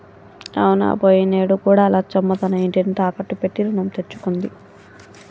అవునా పోయినేడు కూడా లచ్చమ్మ తన ఇంటిని తాకట్టు పెట్టి రుణం తెచ్చుకుంది